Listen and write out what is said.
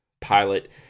Pilot